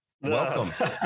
welcome